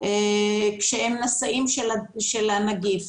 כשהם נשאים של הנגיף,